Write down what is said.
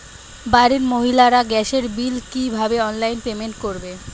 বাড়ির মহিলারা গ্যাসের বিল কি ভাবে অনলাইন পেমেন্ট করবে?